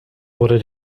wurde